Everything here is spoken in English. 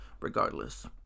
regardless